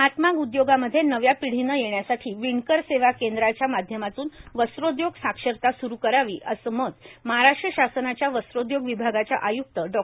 हातमाग उदयोगामध्ये नव्या पिढीने येण्यासाठी विणकर सेवा केंद्राच्या माध्यमातून वस्त्रोदयोग साक्षरता स्रू करावी असे मत महाराष्ट्र शासनाच्या वस्त्रोद्योग विभागाच्या आय्क्त डॉ